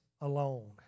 alone